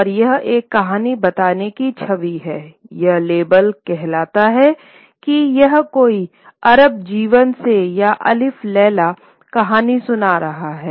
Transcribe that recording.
और यह एक कहानी बताने वाले की छवि हैयह लेबल कहता है कि यह कोई अरब जीवन से या अलिफ लैला कहानी सुना रहा है